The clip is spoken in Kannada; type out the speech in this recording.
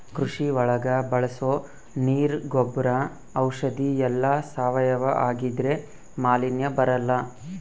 ಕೃಷಿ ಒಳಗ ಬಳಸೋ ನೀರ್ ಗೊಬ್ರ ಔಷಧಿ ಎಲ್ಲ ಸಾವಯವ ಆಗಿದ್ರೆ ಮಾಲಿನ್ಯ ಬರಲ್ಲ